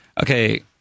Okay